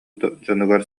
дьонугар